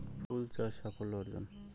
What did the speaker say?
ফুল চাষ সাফল্য অর্জন?